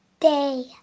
Day